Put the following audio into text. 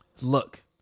Look